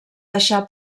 deixar